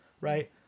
right